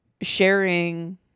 sharing